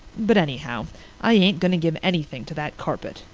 but anyhow i ain't going to give anything to that carpet.